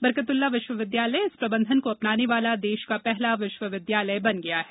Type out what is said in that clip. बरकतउल्ला विश्वविद्यालय इस प्रबंधन को अपनाने वाला देश का पहला विश्वसिद्यालय बन गया है